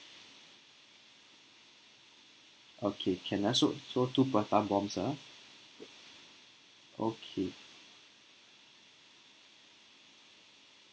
okay can ah so so two prata bombs ah okay